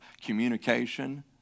communication